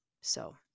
so-